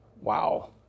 Wow